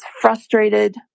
frustrated